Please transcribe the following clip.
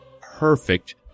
perfect